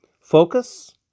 focus